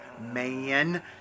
man